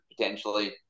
potentially